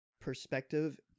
perspective